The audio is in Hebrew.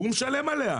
הוא משלם עליה.